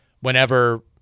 Whenever